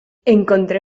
encontré